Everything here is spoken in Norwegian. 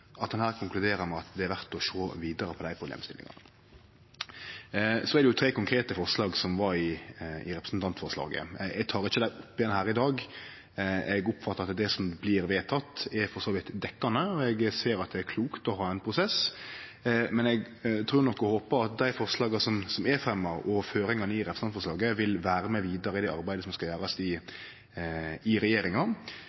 at ein her konkluderer med at det er verdt å sjå vidare på desse problemstillingane. Det var tre konkrete forslag i representantforslaget. Eg tek ikkje dei opp igjen her i dag, eg oppfattar at det som blir vedteke, for så vidt er dekkjande, og eg ser at det er klokt å ha ein prosess. Men eg trur nok og håpar at dei forslaga som er fremja, og føringane i representantforslaget vil vere med vidare i det arbeidet som skal gjerast i